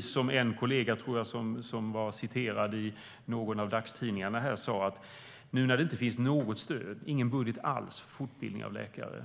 Som en kollega sa som blev citerad i någon av dagstidningarna: Nu när det inte finns något stöd och ingen budget alls för fortbildning av läkare